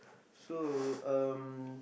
so um